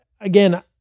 again